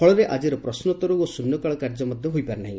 ଫଳରେ ଆଜିର ପ୍ରଶ୍ନୋତ୍ତର ଓ ଶୂନ୍ୟକାଳ କାର୍ଯ୍ୟ ହୋଇପାରି ନାହି